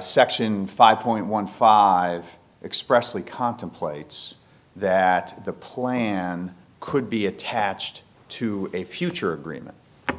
section five point one five expressly contemplates that the plan could be attached to a future agreement